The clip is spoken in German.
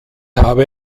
habe